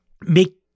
make